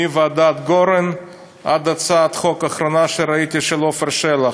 מוועדת גורן ועד הצעת החוק האחרונה שראיתי של עפר שלח,